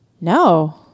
No